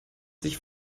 sich